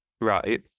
Right